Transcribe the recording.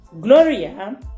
Gloria